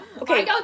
okay